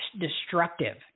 destructive